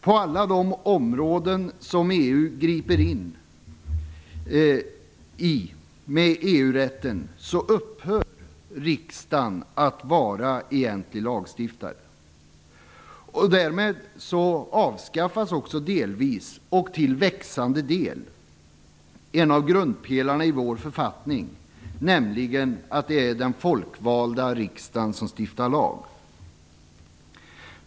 På alla de områden som EU griper in i med EU-rätten upphör riksdagen att vara egentlig lagstiftare. Därmed avskaffas också delvis - och till växande del - en av grundpelarna i vår författning, nämligen att det är den folkvalda riksdagen som stiftar lag.